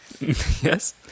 yes